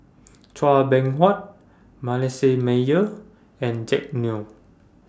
Chua Beng Huat Manasseh Meyer and Jack Neo